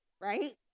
right